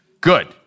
good